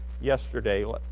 yesterday